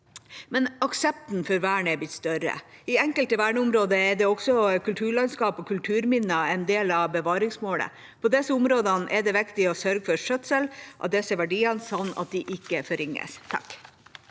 men aksepten for vernet er blitt større. I enkelte verneområder er også kulturlandskap og kulturminner en del av bevaringsmålet. På disse områdene er det viktig å sørge for skjøtsel av disse verdiene, sånn at de ikke forringes.